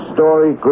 Story